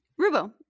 Rubo